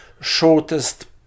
shortest